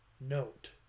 note